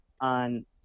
on